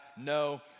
no